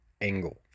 Angle